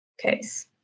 case